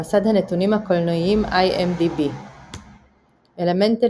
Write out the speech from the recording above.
במסד הנתונים הקולנועיים IMDb "אלמנטלי",